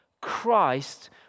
Christ